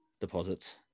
deposits